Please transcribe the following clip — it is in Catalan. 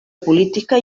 política